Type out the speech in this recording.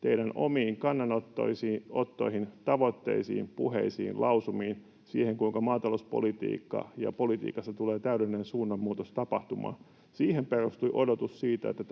teidän omiin kannanottoihinne, tavoitteisiinne, puheisiinne, lausumiinne, siihen, kuinka maatalouspolitiikassa tulee täydellinen suunnanmuutos tapahtumaan, perustui odotus siitä, että